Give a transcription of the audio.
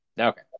Okay